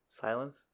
Silence